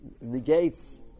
negates